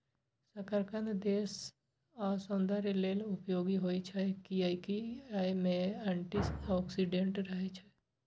शकरकंद केश आ सौंदर्य लेल उपयोगी होइ छै, कियैकि अय मे एंटी ऑक्सीडेंट रहै छै